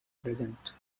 present